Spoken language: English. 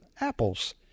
apples